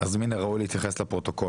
אז מן הראוי להתייחס לפרוטוקול,